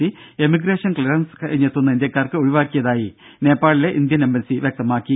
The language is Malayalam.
സി എമിഗ്രേഷൻ ക്ലിയറൻസ് കഴിഞ്ഞെത്തുന്ന ഇന്ത്യക്കാർക്ക് ഒഴിവാക്കിയതായി നേപ്പാളിലെ ഇന്ത്യൻ എംബസി വ്യക്തമാക്കി